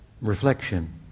reflection